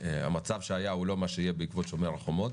שהמצב שהיה הוא לא מה שיהיה בעקבות 'שומר החומות',